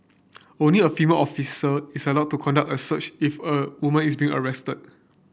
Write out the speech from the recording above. only a female officer is allowed to conduct a search if a woman is being arrested